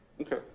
Okay